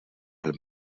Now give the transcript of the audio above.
pel